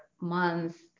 months